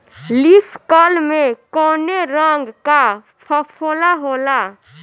Leaf curl में कौने रंग का फफोला होला?